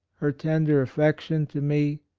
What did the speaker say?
her tender affection to me,